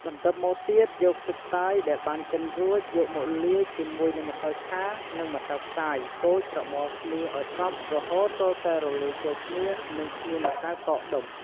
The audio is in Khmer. បន្ទាប់មកទៀតយកទឹកតើយដែលបានកិនរួចយកមកលាយជាមួយនឹងម្សៅឆានិងម្សៅខ្សាយកូរច្របល់គ្នាឲ្យសព្វរហូតទាល់តែរលាយចូលគ្នានិងគ្មានម្សៅកកដុំ។